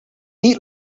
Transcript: eat